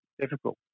difficult